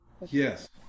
Yes